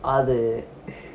அது:adhu